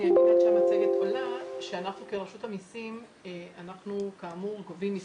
עד שהמצגת עולה אומר שאנחנו כרשות המסים כאמור גובים מסים,